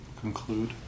conclude